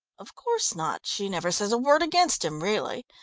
of course not. she never says a word against him really.